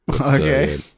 Okay